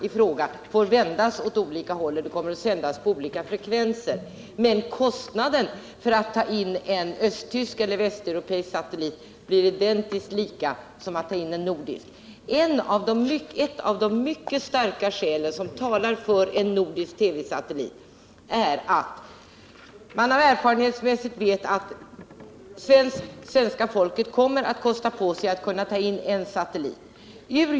Antennerna får vändas åt olika håll, för det kommer att sändas på olika frekvenser, men kostnaden för att ta in en västeuropeisk satellit blir identiskt lika med vad det kostar att ta in en nordisk. Ett av de mycket starka skäl som talar för en nordisk TV-satellit är att man erfarenhetsmässigt vet att svenska folket kommer att kosta på sig att kunna ta in satellitsändningar.